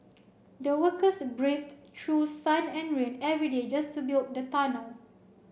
the workers braved through sun and rain every day just to build the tunnel